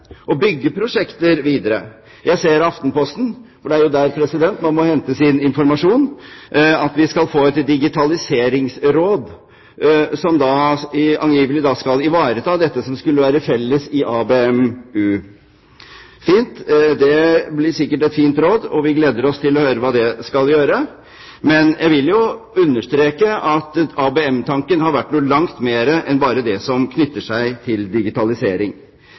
bygge prosjekter videre. Jeg ser av Aftenposten – for det er jo der man må hente sin informasjon – at vi skal få et digitaliseringsråd som angivelig skal ivareta dette som skulle være felles i ABM-u. Det blir sikkert et fint råd, og vi gleder oss til å høre hva det skal gjøre, men jeg vil jo understreke at ABM-tanken har vært noe langt mer enn bare det som knytter seg til digitalisering.